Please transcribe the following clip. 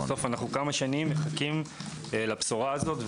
אנחנו כמה שנים מחכים לבשורה הזו.